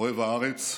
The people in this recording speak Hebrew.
אוהב הארץ,